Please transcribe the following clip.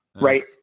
right